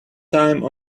time